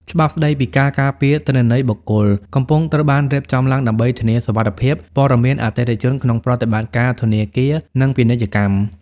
ច្បាប់ស្ដីពីការការពារទិន្នន័យបុគ្គល កំពុងត្រូវបានរៀបចំឡើងដើម្បីធានាសុវត្ថិភាពព័ត៌មានអតិថិជនក្នុងប្រតិបត្តិការធនាគារ និងពាណិជ្ជកម្ម។